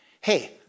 Hey